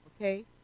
okay